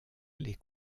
les